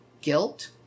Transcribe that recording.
guilt